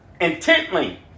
intently